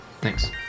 Thanks